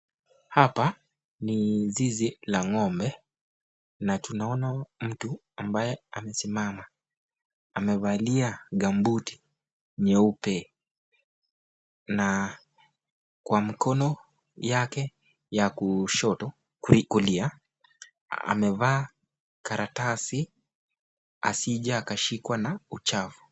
Hapa ni mzizi la ng'ombe na tunaona mtu ambaye amesimama. Amevalia gambuti nyeupe. Na kwa mkono yake ya kushoto kulia amevaa karatasi asije akashikwa na uchafu.